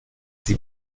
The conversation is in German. sie